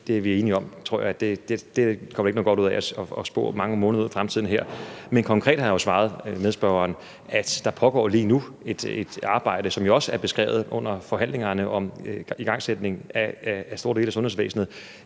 det er vi enige om, tror jeg. Der kommer ikke noget godt ud af at spå om noget mange måneder ud i fremtiden her. Men konkret har jeg jo svaret medspørgeren, at der lige nu foregår et arbejde, som jo også er beskrevet under forhandlingerne, om igangsætning af store dele af sundhedsvæsenet.